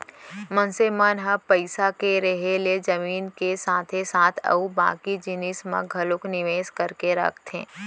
मनसे मन ह पइसा के रेहे ले जमीन के साथे साथ अउ बाकी जिनिस म घलोक निवेस करके रखथे